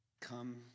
Come